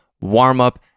warm-up